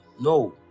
no